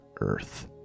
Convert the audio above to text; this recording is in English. earth